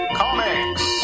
comics